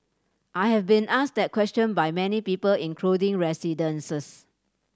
I have been asked that question by many people including resident